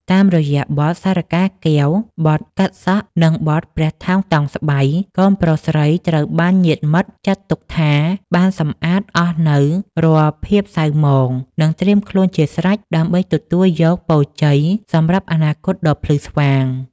តាមរយៈបទ សារិកាកែវ បទ កាត់សក់ និងបទ ព្រះថោងតោងស្បៃ កូនប្រុសស្រីត្រូវបានញាតិមិត្តចាត់ទុកថាបានសម្អាតអស់នូវរាល់ភាពសៅហ្មង និងត្រៀមខ្លួនជាស្រេចដើម្បីទទួលយកពរជ័យសម្រាប់អនាគតដ៏ភ្លឺស្វាង។